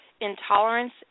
intolerance